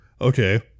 Okay